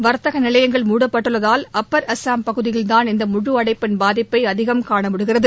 வர்த்தக நிலையங்கள் மூடப்பட்டுள்ளதால் அப்பர் அசாம் பகுதியில்தான் இந்த முழு அடைப்பின் பாதிப்பை அதிகம் காணமுடிகிறது